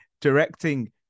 directing